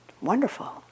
wonderful